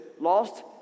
lost